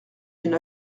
une